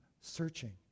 searching